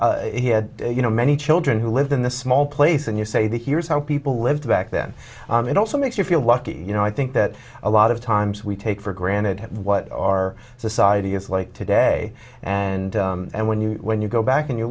he had you know many children who lived in this small place and you say that here is how people lived back then and it also makes you feel lucky you know i think that a lot of times we take for granted what our society is like today and and when you when you go back and you